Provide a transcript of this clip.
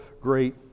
great